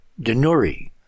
Denuri